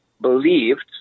believed